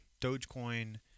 Dogecoin